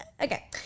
Okay